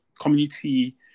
community